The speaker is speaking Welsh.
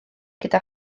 gyda